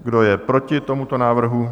Kdo je proti tomuto návrhu?